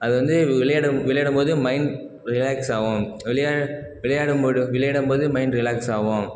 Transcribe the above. அது வந்து விளையாட விளையாடும் போது மைண்ட் ரிலாக்ஸ் ஆகும் விளைய விளையாட விளையாடும் போது மைண்ட் ரிலாக்ஸ் ஆகும்